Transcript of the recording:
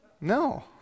No